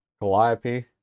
Calliope